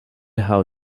how